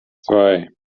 zwei